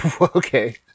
okay